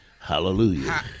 Hallelujah